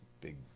big